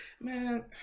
Man